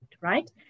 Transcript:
right